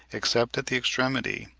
except at the extremity,